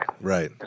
Right